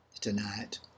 tonight